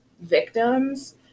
victims